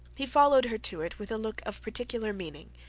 he followed her to it with a look of particular meaning,